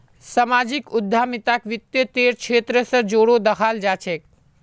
सामाजिक उद्यमिताक वित तेर क्षेत्र स जोरे दखाल जा छेक